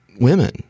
women